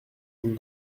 sans